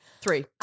Three